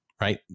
Right